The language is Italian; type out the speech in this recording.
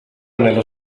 nello